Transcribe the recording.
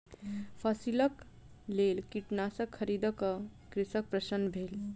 फसिलक लेल कीटनाशक खरीद क कृषक प्रसन्न भेल